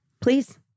please